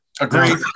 agreed